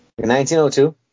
1902